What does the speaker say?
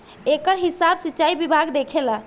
एकर हिसाब सिचाई विभाग देखेला